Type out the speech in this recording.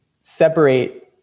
separate